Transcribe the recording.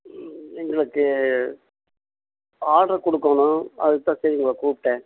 எங்களுக்கு ஆர்டர் குடுக்கணும் அதுக்கு தான் சார் உங்களை கூப்பிட்டேன்